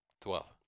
Twelve